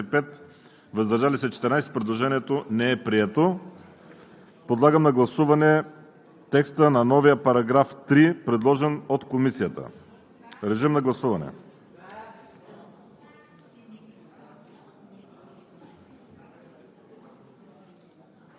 прието от Комисията. Гласували 118 народни представители: за 29, против 75, въздържали се 14. Предложението не е прието. Подлагам на гласуване текста на новия § 3, предложен от Комисията. Гласували